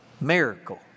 miracle